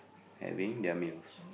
having their meals